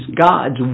God's